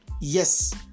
Yes